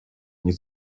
nie